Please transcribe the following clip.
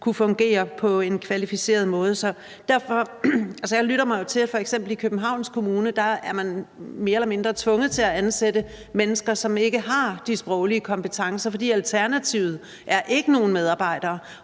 kunne fungere på en kvalificeret måde. Jeg lytter mig til, at man f.eks. i Københavns Kommune mere eller mindre er tvunget til at ansætte mennesker, som ikke har de sproglige kompetencer, fordi alternativet er, at man ikke har nogen medarbejdere,